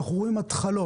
אנחנו רואים התחלות.